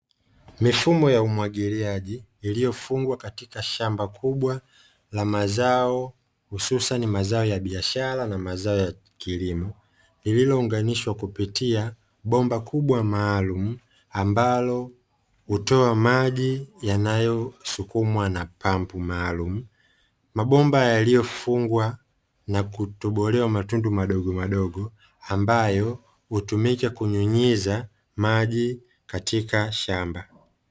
Mifumo ya umwagiliaji iliyofungwa katika shamba kubwa la mazao hususani mazao ya biashara na mazao ya kilimo, lililounganishwa kupitia bomba kubwa maalumu ambalo hutoa maji yanayosukumwa na pampu maalum mabomba yaliyofungwa na kutobolewa matundu madogo madogo ambayo hutumika kunyunyiza maji katika shamba.